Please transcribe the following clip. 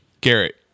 garrett